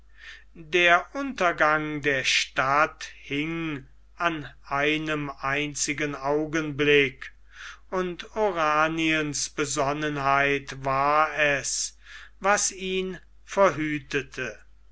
der untergang der stadt hing an einem einzigen augenblick und oraniens besonnenheit war es was ihn verhütete